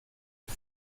att